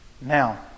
Now